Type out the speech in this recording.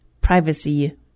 privacy